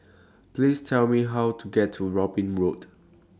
Please Tell Me How to get to Robin Road